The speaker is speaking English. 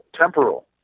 temporal